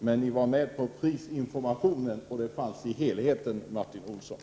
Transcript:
Men ni står bakom ställningstagandet kring prisinformationen, och den frågan ingick i helheten, Martin Olsson.